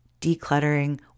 decluttering